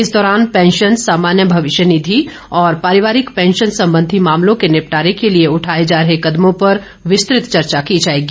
इस दौरान पेंशन सामान्य भविष्य निधि और पारिवारिक पैंशन संबंधी मामलों के निपटारे के लिए उठाए जा रहे कदमों पर विस्तृत चर्चा की जाएगी